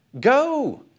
Go